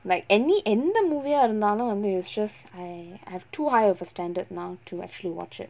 like any எந்த:entha movie ah இருந்தாலும் வந்து:irunthalum vanthu it's just I have too high of a standard now to actually watch it